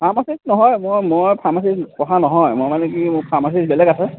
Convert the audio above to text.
pharmacist নহয় মই মই ফাৰ্মাচিষ্ট পঢ়া নহয় মই মানে কি মোৰ ফাৰ্মাচিষ্ট বেলেগ আছে